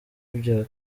bya